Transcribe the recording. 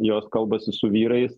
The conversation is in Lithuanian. jos kalbasi su vyrais